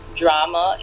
drama